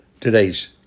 Today's